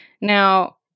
Now